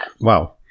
Wow